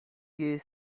you